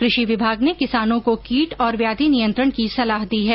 कृषि विभाग ने किसानों को कीट और व्याधी नियंत्रण की सलाह दी है